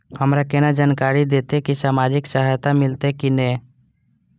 हमरा केना जानकारी देते की सामाजिक सहायता मिलते की ने?